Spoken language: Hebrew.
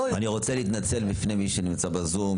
אני רוצה להתנצל בפני מי שנמצא בזום.